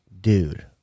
dude